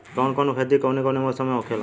कवन कवन खेती कउने कउने मौसम में होखेला?